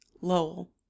Lowell